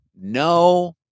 No